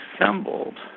assembled